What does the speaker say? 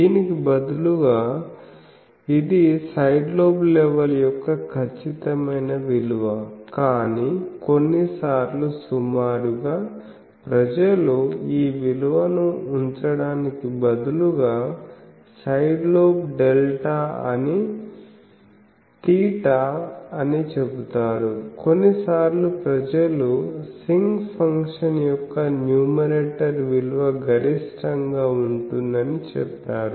దీనికి బదులుగా ఇది సైడ్ లోబ్ లెవెల్ యొక్క ఖచ్చితమైన విలువ కానీ కొన్నిసార్లు సుమారుగా ప్రజలు ఈ విలువను ఉంచడానికి బదులుగా సైడ్ లోబ్ డెల్టా తీటా అని చెబుతారు కొన్నిసార్లు ప్రజలు సింక్ ఫంక్షన్ యొక్క న్యూమరేటర్ విలువ గరిష్టంగా ఉంటుందని చెప్పారు